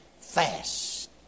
fast